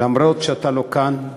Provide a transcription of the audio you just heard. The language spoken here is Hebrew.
למרות שאתה לא כאן,